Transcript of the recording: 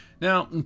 Now